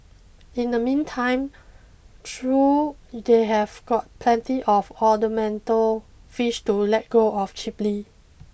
in the meantime through they have got plenty of ornamental fish to let go of cheaply